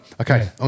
Okay